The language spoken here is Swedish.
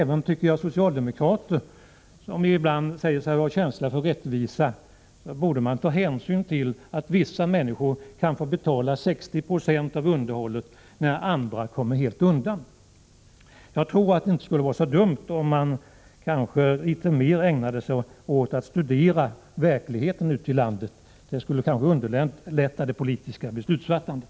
Jag tycker att socialdemokraterna, som ibland säger sig ha känsla för rättvisa, borde ta hänsyn till att vissa människor kan få betala 60 90 av underhållet medan andra kommer helt undan. Jag tror att det inte skulle vara så dumt om man litet mer ägnade sig åt att studera verkligheten ute i landet. Det skulle kanske underlätta det politiska beslutsfattandet.